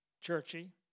churchy